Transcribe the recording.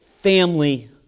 family